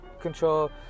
control